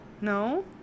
no